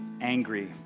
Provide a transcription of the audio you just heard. angry